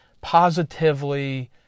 positively